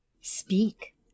Speak